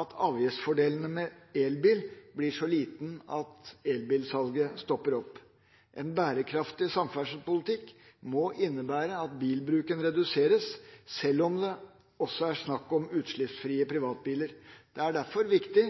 at avgiftsfordelen med elbil blir så liten at elbilsalget stopper opp. En bærekraftig samferdselspolitikk må innebære at bilbruken reduseres, selv om det også er snakk om utslippsfrie privatbiler. Det er derfor viktig